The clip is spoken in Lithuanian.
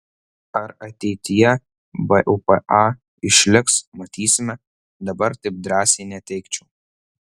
ar ateityje bupa išliks matysime dabar taip drąsiai neteigčiau